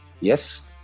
Yes